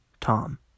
Tom